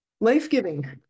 life-giving